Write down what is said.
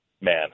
man